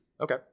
Okay